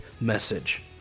message